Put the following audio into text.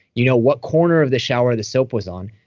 you know what corner of the shower the soap was on.